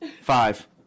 Five